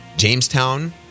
Jamestown